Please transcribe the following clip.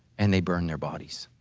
and they burned their bodies.